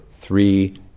three